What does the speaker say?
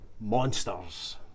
monsters